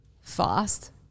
fast